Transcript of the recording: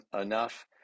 enough